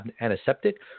antiseptic